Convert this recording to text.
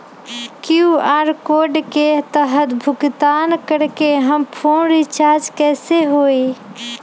QR code के तहद भुगतान करके हम फोन रिचार्ज कैसे होई?